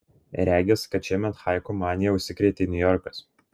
regis kad šiemet haiku manija užsikrėtė niujorkas